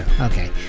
okay